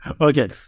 Okay